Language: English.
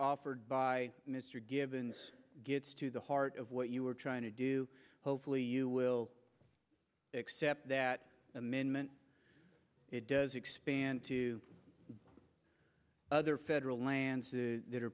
offered by mr givens gets to the heart of what you were trying to do hopefully you will accept that amendment it does expand to other federal lands that are